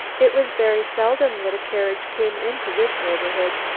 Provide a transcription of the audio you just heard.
it was very seldom that a carriage came into this neighbourhood,